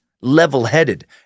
level-headed